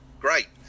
Great